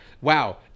wow